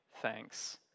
thanks